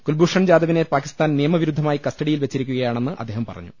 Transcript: കുൽഭൂഷൺ ജാദവിനെ പാകിസ്ഥാൻ നിയമവിരുദ്ധമായി കസ്റ്റഡിയിൽ വെച്ചിരിക്കുകയാണെന്ന് അദ്ദേഹം പറഞ്ഞു